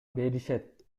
беришет